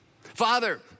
Father